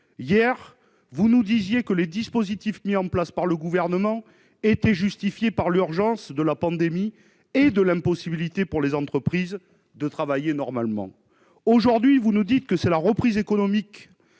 Hier, vous nous expliquiez que les dispositifs mis en place par le Gouvernement étaient justifiés par l'urgence de la pandémie et l'impossibilité pour les entreprises de travailler normalement. Aujourd'hui, à vous entendre, c'est la reprise économique